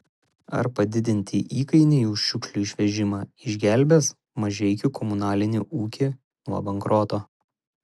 ar padidinti įkainiai už šiukšlių išvežimą išgelbės mažeikių komunalinį ūkį nuo bankroto